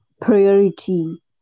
priority